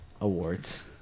Awards